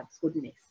goodness